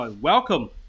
Welcome